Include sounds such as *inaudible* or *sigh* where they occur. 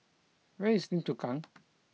where is Lim Chu Kang *noise*